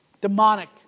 Demonic